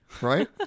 Right